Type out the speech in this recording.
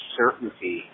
certainty